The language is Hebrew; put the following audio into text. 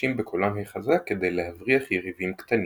ומשתמשים בקולם החזק כדי להבריח יריבים קטנים.